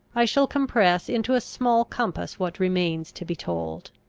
i shall compress into a small compass what remains to be told.